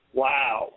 wow